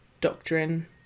doctrine